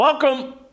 Welcome